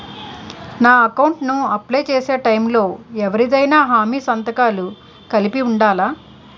నా అకౌంట్ ను అప్లై చేసి టైం లో ఎవరిదైనా హామీ సంతకాలు కలిపి ఉండలా?